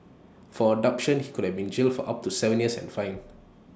for abduction he could have been jailed for up to Seven years and fined